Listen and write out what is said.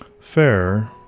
Fair